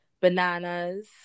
bananas